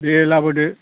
दे लाबोदो